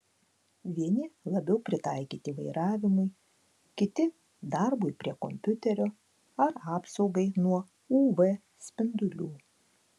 vieni labiau pritaikyti vairavimui kiti darbui prie kompiuterio ar apsaugai nuo uv spindulių